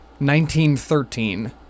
1913